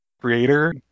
creator